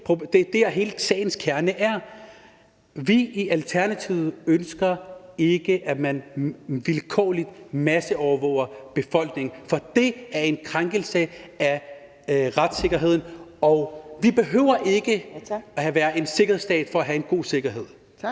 Det er det, der er sagens kerne: Vi i Alternativet ønsker ikke, at man vilkårligt masseovervåger befolkningen, for det er en krænkelse af retssikkerheden, og vi behøver ikke at være en sikkerhedsstat for at have en god sikkerhed. Kl.